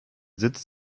sitz